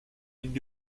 did